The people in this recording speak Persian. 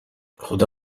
خدا